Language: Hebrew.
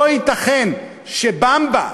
לא ייתכן ש"במבה",